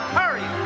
hurry